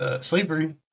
Slavery